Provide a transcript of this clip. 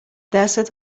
دستت